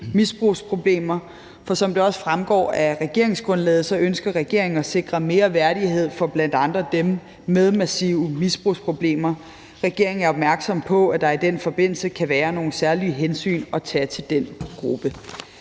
misbrugsproblemer, for som det også fremgår af regeringsgrundlaget, ønsker regeringen at sikre mere værdighed for bl.a. dem med massive misbrugsproblemer. Regeringen er opmærksom på, at der i den forbindelse kan være nogle særlige hensyn at tage til den gruppe.